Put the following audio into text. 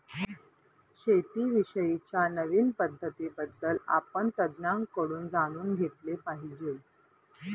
शेती विषयी च्या नवीन पद्धतीं बद्दल आपण तज्ञांकडून जाणून घेतले पाहिजे